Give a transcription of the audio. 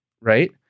right